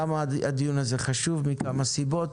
הדיון הזה חשוב בשל כמה סיבות.